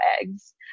eggs